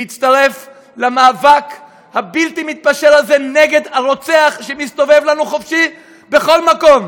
להצטרף למאבק הבלתי-מתפשר הזה נגד הרוצח שמסתובב לנו חופשי בכל מקום.